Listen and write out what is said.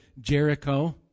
Jericho